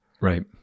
right